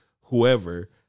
whoever